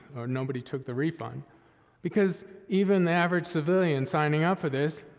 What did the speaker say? or nobody took the refund because even the average civilian signing up for this,